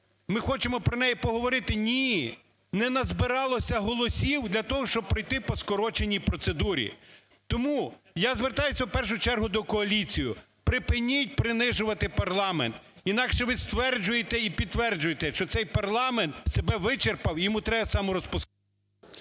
ми хочемо про неї поговорити, ні, не назбиралося голосів для того, щоб пройти по скороченій процедурі. Тому я звертаюся, в першу чергу, до коаліції. Припиніть принижувати парламент, інакше ви стверджуєте і підтверджуєте, що цей парламент себе вичерпав, йому треба саморозпускатись….